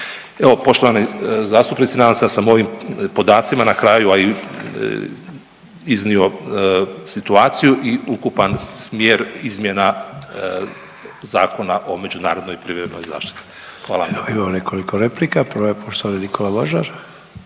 Evo poštovani zastupnici nadam se da sam ovim podacima na kraju iznio situaciju i ukupan smjer izmjena Zakona o međunarodnoj i privremenoj zaštiti. Hvala vam. **Sanader, Ante (HDZ)** Imamo nekoliko replika. Prva je poštovani Nikola Mažar.